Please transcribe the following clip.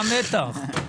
מהו המתח?